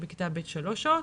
ובכיתה ב' 3 שעות.